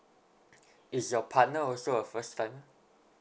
is your partner also a first timer